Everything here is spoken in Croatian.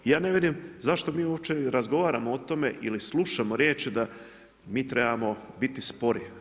Ja ne vidim zašto mi uopće i razgovaramo o tome ili slušamo riječ da mi trebamo biti spori.